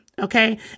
Okay